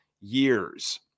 years